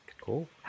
Cool